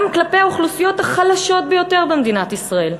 כלפי האוכלוסיות החלשות ביותר במדינת ישראל,